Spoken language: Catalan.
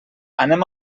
anem